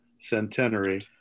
centenary